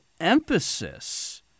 emphasis